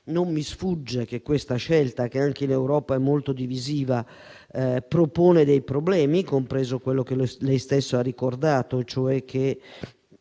Non mi sfugge che questa scelta, che anche in Europa è molto divisiva, ponga dei problemi, compreso quello che lei stesso, signor